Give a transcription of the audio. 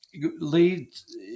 leads